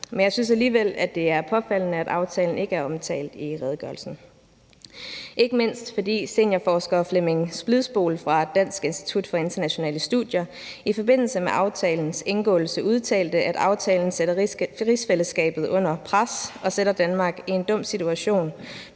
men jeg synes alligevel, det er påfaldende, at aftalen ikke er omtalt i redegørelsen, ikke mindst fordi seniorforsker Flemming Splidsboel fra Dansk Institut for Internationale Studier i forbindelse med aftalens indgåelse udtalte, at aftalen sætter rigsfællesskabet under pres og sætter Danmark i en dum situation,